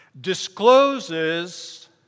discloses